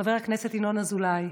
חבר הכנסת ינון אזולאי,